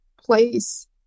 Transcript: place